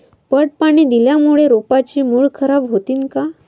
पट पाणी दिल्यामूळे रोपाची मुळ खराब होतीन काय?